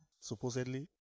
supposedly